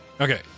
Okay